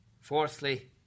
Fourthly